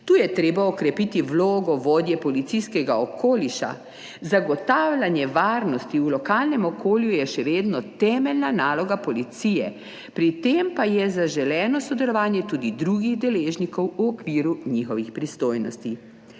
Tu je treba okrepiti vlogo vodje policijskega okoliša. Zagotavljanje varnosti v lokalnem okolju je še vedno temeljna naloga policije. Pri tem pa je zaželeno sodelovanje tudi drugih deležnikov v okviru njihovih pristojnosti.